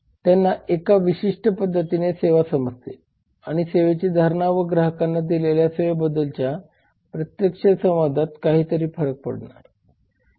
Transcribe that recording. त्यांना एका विशिष्ट पद्धतीने सेवा समजते आणि सेवेची धारणा व आपण ग्राहकांना दिलेल्या सेवेबद्दलच्या प्रत्यक्ष संवादात काहीही फरक नाही